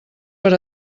per